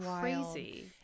crazy